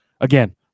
again